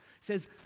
says